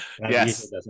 yes